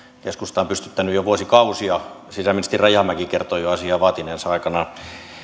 keskustaan pystyttäneet jo vuosikausia sisäministeri rajamäki kertoi asiaa jo vaatineensa aikanaan